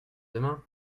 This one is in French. demain